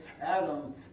Adam